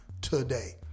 today